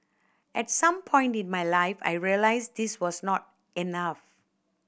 at some point in my life I realised this was not enough